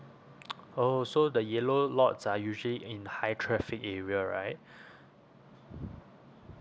oh so the yellow lots are usually in high traffic area right